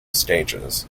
stages